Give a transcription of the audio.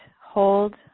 hold